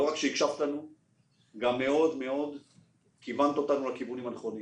לא רק הקשבת לנו אלא גם מאוד מאוד כיוונת אותנו לכיוונים הנכונים.